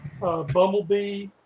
Bumblebee